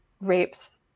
rapes